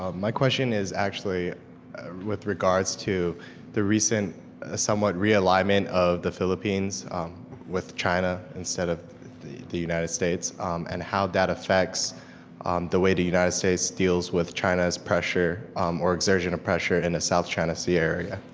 um my question is actually with regards to the recent somewhat realignment of the philippines with china instead of the the united states and how that affects um the way that the united states deals with china's pressure or exertion of pressure in the south china sea area.